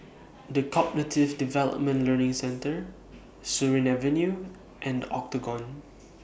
The Cognitive Development Learning Centre Surin Avenue and The Octagon